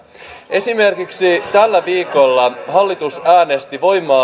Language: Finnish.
esimerkiksi tällä viikolla hallitus äänesti voimaan